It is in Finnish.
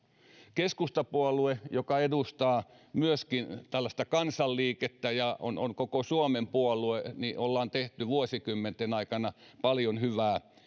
keskustapuolueen kanssa joka edustaa myöskin tällaista kansanliikettä ja on on koko suomen puolue ollaan tehty vuosikymmenten aikana paljon hyvää